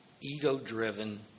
ego-driven